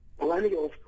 Millennials